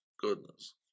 Goodness